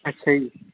ਅੱਛਾ ਜੀ